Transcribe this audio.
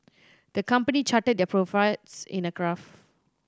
the company charted their profits in a graph